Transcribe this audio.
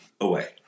away